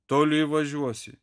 toli važiuosi